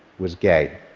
was gay.